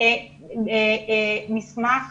מסמך